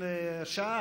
שעה.